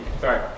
Sorry